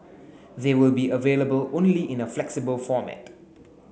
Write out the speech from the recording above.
they will be available only in a flexible format